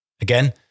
Again